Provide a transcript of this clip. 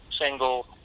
single